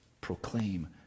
proclaim